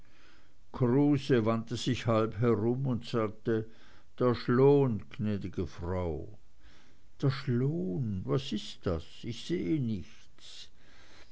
kruse wandte sich halb herum und sagte der schloon gnäd'ge frau der schloon was ist das ich sehe nichts